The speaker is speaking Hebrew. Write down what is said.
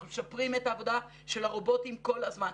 אנחנו משפרים את העבודה של הרובוטים כל הזמן,